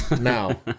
now